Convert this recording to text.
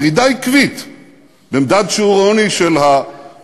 ירידה עקבית במדד שיעור העוני של המשפחות,